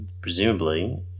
Presumably